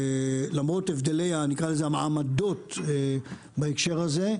למרות הבדלי המעמדות בהקשר הזה,